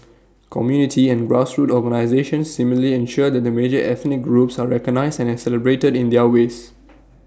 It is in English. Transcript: community and grassroots organisations similarly ensure that the major ethnic groups are recognised and celebrated in their ways